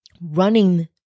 running